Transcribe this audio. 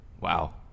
Wow